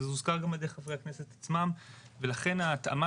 זה הוזכר גם על ידי חברי הכנסת עצמם ולכן ההתאמה